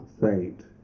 saint